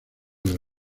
del